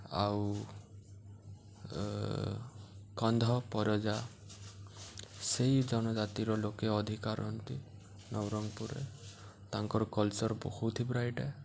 ଆଉ କନ୍ଧ ପରଜା ସେହି ଜନଜାତିର ଲୋକେ ଅଧିକା ରୁହନ୍ତି ନବରଙ୍ଗପୁରରେ ତାଙ୍କର କଲ୍ଚର୍ ବହୁତ ହି ବ୍ରାଇଟ୍ ଏ